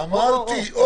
אמרתי.